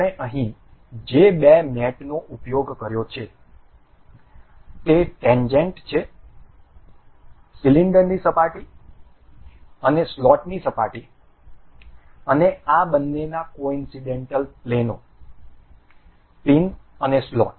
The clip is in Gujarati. આપણે અહીં જે બે મેટ નો ઉપયોગ કર્યો છે તે ટેન્જેન્ટ છે સિલિન્ડરની સપાટી અને સ્લોટની સપાટી અને આ બંનેના કોઇન્સડેન્ટલ પ્લેનો પિન અને સ્લોટ